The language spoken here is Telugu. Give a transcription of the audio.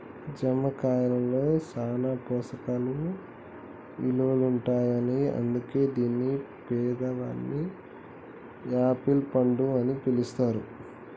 జామ కాయలో సాన పోషక ఇలువలుంటాయని అందుకే దీన్ని పేదవాని యాపిల్ పండు అని పిలుస్తారు